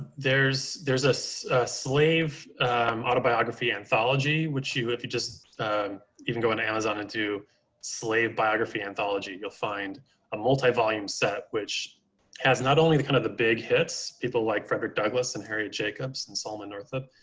there's there's a so slave autobiography which you if you just even go on amazon and do slave biography anthology, you'll find a multi volume set, which has not only the kind of the big hits, people like frederick douglass and harry jacobs and selma northup,